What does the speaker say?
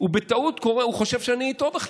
הוא בטעות קורא, הוא חושב שאני איתו בכלל.